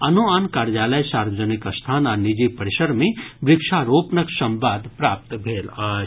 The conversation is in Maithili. आनोआन कार्यालय सार्वजनिक स्थान आ निजी परिसर मे वृक्षारोपणक संवाद प्राप्त भेल अछि